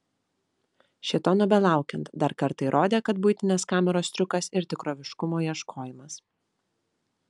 šėtono belaukiant dar kartą įrodė kad buitinės kameros triukas ir tikroviškumo ieškojimas